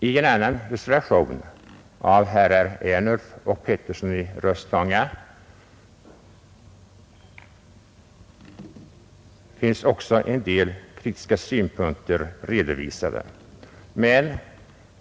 I reservationen 2 av herrar Ernulf och Petersson i Röstånga finns också en del kritiska synpunkter redovisade.